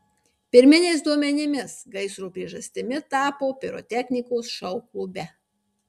pirminiais duomenimis gaisro priežastimi tapo pirotechnikos šou klube